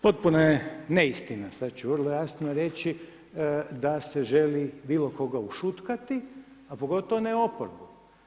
Potpuno je neistina, sad ću jasno reći, da se želi bilo koga ušutkati, a pogotovo ne oporbu.